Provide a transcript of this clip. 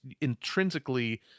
intrinsically